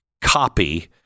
copy